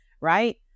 right